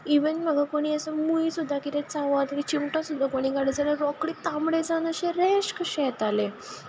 even म्हाका कोणूय असो मूय सुद्दां चाबली चिमटो सुद्दां कोणीय काडत जाल्यार रोकडी तामडे जावन अशें रॅश कशें येतालें